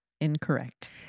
incorrect